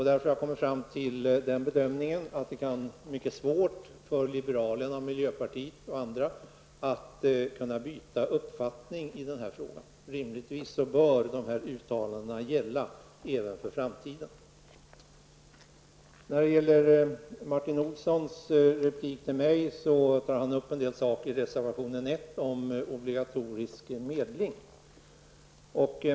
Därför har vi kommit fram till den bedömningen att det kan vara mycket svårt för liberalerna och miljöpartisterna och andra att byta uppfattning i denna fråga. Rimligtvis bör de uttalanden som gjorts gälla även för framtiden. Martin Olsson tar i sin replik till mig upp en del saker i reservation 1 om obligatorisk medling.